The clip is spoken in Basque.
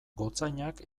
gotzainak